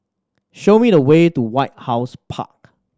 show me the way to White House Park